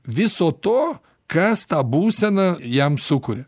viso to kas tą būseną jam sukuria